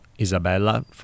Isabella